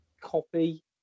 copy